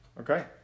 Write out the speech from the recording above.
Okay